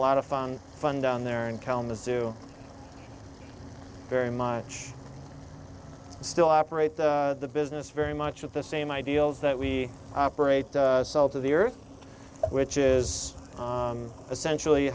lot of fun fun down there in kalamazoo very much still operate the business very much of the same ideals that we operate the salt of the earth which is essentially